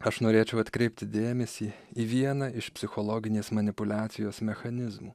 aš norėčiau atkreipti dėmesį į vieną iš psichologinės manipuliacijos mechanizmų